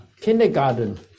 kindergarten